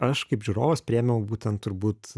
aš kaip žiūrovas priėmiau būtent turbūt